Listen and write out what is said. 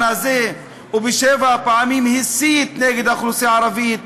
הזה ובשבע הפעמים הסית נגד האוכלוסייה הערבית.